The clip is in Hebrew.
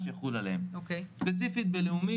מסוימים שלא מגיעים מספיק מהם למגזר הציבורי,